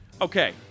Okay